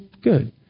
good